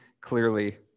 clearly